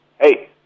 Hey